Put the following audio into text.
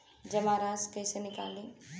जमा राशि कइसे निकली?